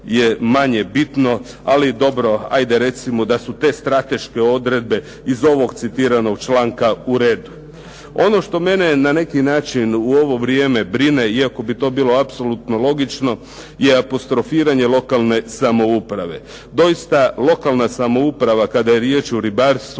je manje bitno. Ali dobro, ajde recimo da su te strateške odredbe iz ovog citiranog članka u redu. Ono što mene na neki način u ovo vrijeme bitno iako bi to bilo apsolutno logično je apostrofiranje lokalne samouprave. Doista lokalna samouprava, kada je riječ o ribarstvu,